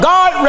God